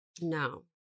No